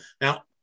now